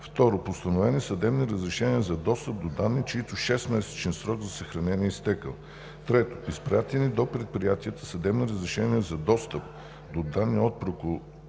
2. Постановени съдебни разрешения за достъп до данни, чиито 6-месечен срок за съхранение е изтекъл. 3. Изпратени до предприятията съдебни разрешения за достъп до данни от прокуратура,